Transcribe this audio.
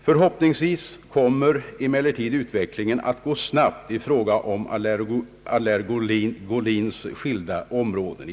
Förhoppningsvis kommer emellertid utvecklingen att gå snabbt inom allergologins skilda områden.